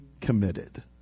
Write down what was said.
committed